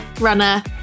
runner